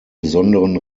besonderen